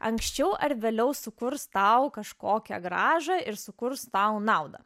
ankščiau ar vėliau sukurs tau kažkokią grąžą ir sukurs tau naudą